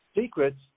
secrets